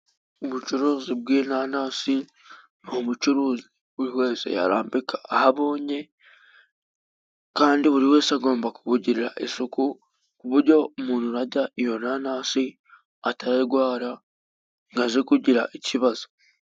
Ubucuruzi bw'inanasi, ni ubucuruzi buri wese yarambika aho abonye kandi buri wese, agomba kubugirira isuku. Ku buryo umuntu urarya iyo nanasi atararwara ngo aze kugira ikibazo.